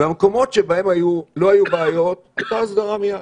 במקומות שהם לא היו בעיות, הייתה הסדרה מייד.